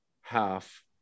half